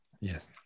Yes